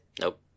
Nope